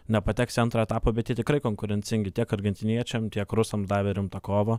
nepateks į antrą etapą bet jie tikrai konkurencingi tiek argentiniečiam tiek rusam davė rimtą kovą